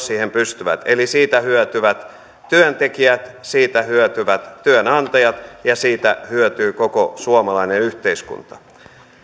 siihen pystyvät eli siitä hyötyvät työntekijät siitä hyötyvät työnantajat ja siitä hyötyy koko suomalainen yhteiskunta